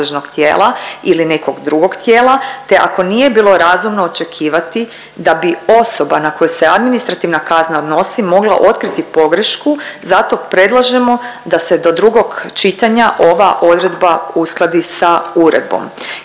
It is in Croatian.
ili nekog drugog tijela te ako nije bilo razumno očekivati da bi osoba na koje se administrativna kazna odnosi mogla otkriti pogrešku“ zato predlažemo da se do drugog čitanja ova odredba uskladi sa uredbom